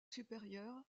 supérieur